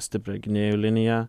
stiprią gynėjų liniją